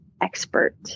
expert